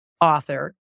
author